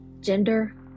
gender